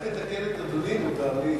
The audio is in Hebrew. רק לתקן את אדוני, אם מותר לי.